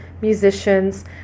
musicians